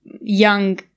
young